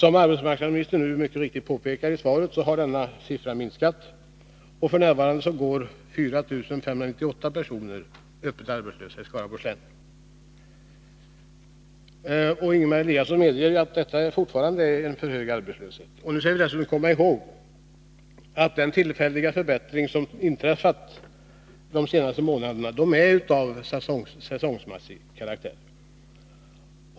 Som arbetsmarknadsministern mycket riktigt påpekade i svaret har den siffran minskat, och f.n. går 4 598 personer öppet arbetslösa i Skaraborgs län. Ingemar Eliasson medger att detta fortfarande är en för hög arbetslöshet. Vi skall dessutom komma ihåg att den tillfälliga förbättring som inträffat de senaste månaderna är av säsongmässig karaktär.